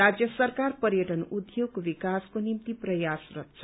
राज्य सरकार पर्यटन उद्योगको विकासको निम्ति प्रयासरत छ